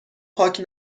پاک